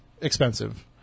expensive